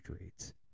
rates